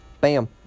Bam